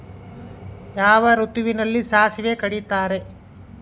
ಯಾವ ಋತುವಿನಲ್ಲಿ ಸಾಸಿವೆ ಕಡಿತಾರೆ?